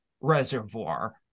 reservoir